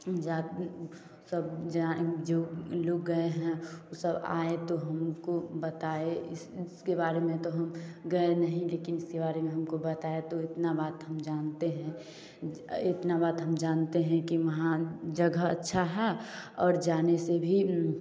सब जो लोग गए हैं सब आए तो हमको बताएँ इसके बारे में तो हम गए नहीं लेकिन इसके बारे में हमको बताया तो इतना बात हम जानते हैं इतना बात हम जानते हैं कि वहाँ जगह अच्छा है और जाने से भी